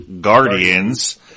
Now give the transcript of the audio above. Guardians